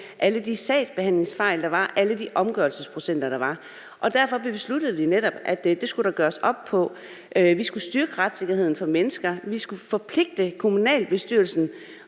alle de sagsbehandlingsfejl, der var, og alle de omgørelser, der var. Derfor besluttede vi netop, at det skulle der gøres op med. Vi skulle styrke retssikkerheden for mennesker, vi skulle forpligte kommunalbestyrelsen